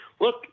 look